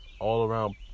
all-around